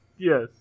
yes